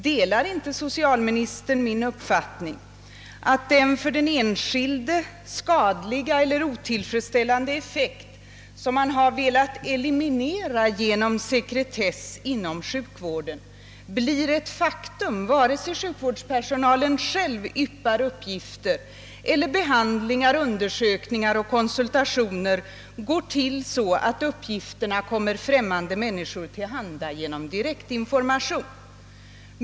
Delar inte socialministern min uppfattning att den för den enskilde skadliga eler otillfredsställande effekt som man har velat eliminera genom sekretess inom sjukvården blir ett faktum vare sig sjukvårdspersonalen själv yppar uppgifter eller om behandlingar, undersökningar och konsultationer går till så att uppgifterna kommer främmande människor till handa genom direkt information?